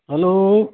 hello